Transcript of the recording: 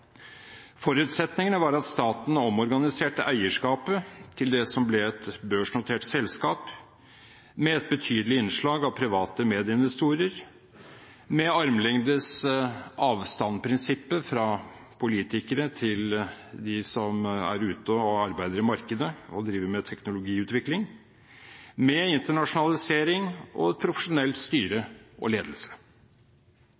Forutsetningene var at staten omorganiserte eierskapet til det som ble et børsnotert selskap, med et betydelig innslag av private medinvestorer, med armlengdesavstand-prinsippet fra politikere til dem som er ute og arbeider i markedet og driver med teknologiutvikling, og med internasjonalisering, profesjonelt styre